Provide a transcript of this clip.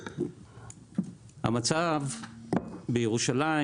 המצב בירושלים